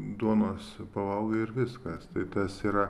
duonos pavalgai ir viskas tai tas yra